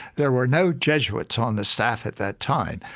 there were no jesuits on the staff at that time.